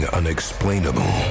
unexplainable